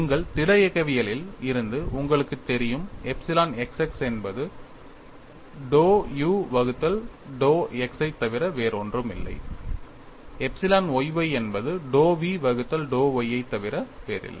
உங்கள் திட இயக்கவியலில் இருந்து உங்களுக்குத் தெரியும் எப்சிலன் x x என்பது dou u வகுத்தல் dou x ஐத் தவிர வேறு ஒன்றும் இல்லை எப்சிலன் y y என்பது dou v வகுத்தல் dou y ஐத் தவிர வேறில்லை